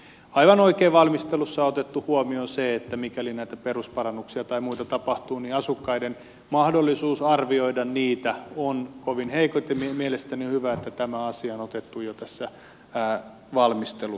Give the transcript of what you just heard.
aivan oikein valmistelussa on otettu huomioon se että mikäli näitä perusparannuksia tai muita tapahtuu niin asukkaiden mahdollisuus arvioida niitä on kovin heikko ja mielestäni on hyvä että tämä asia on otettu jo tässä valmistelussa huomioon